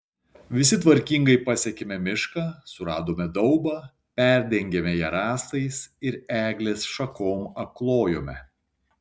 visi tvarkingai pasiekėme mišką suradome daubą perdengėme ją rąstais ir eglės šakom apklojome